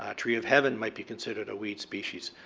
ah tree of heaven might be considered a weed species